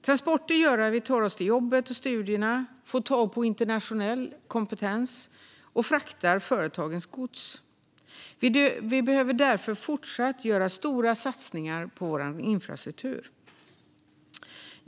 Transporter gör att vi tar oss till jobbet eller studierna, får tag på internationell kompetens och fraktar företagens gods. Vi behöver därför fortsätta göra stora satsningar på vår infrastruktur.